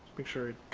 make sure.